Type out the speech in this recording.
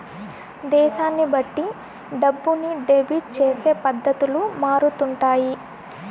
దేశాన్ని బట్టి డబ్బుని డెబిట్ చేసే పద్ధతులు మారుతుంటాయి